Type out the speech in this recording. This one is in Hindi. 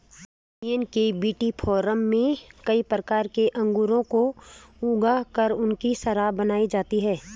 वियेना के विटीफार्म में कई प्रकार के अंगूरों को ऊगा कर उनकी शराब बनाई जाती है